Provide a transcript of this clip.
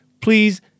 please